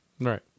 Right